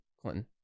Clinton